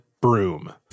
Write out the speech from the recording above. broom